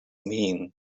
mean